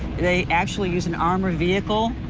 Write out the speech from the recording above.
they actually used an armored vehicle.